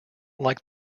like